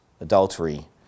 adultery